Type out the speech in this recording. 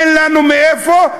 אין לנו מאיפה,